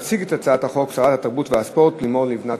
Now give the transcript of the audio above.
תציג את הצעת החוק שרת התרבות והספורט לימור לבנת.